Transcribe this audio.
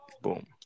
Boom